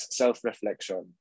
self-reflection